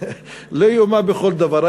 לא יאומן, בכל דבר.